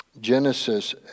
Genesis